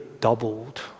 doubled